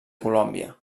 colòmbia